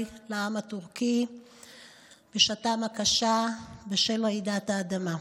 לעם הטורקי בשעתם הקשה בשל רעידת האדמה.